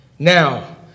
Now